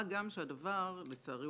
מה גם שהדבר לצערי,